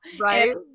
right